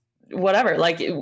whatever—like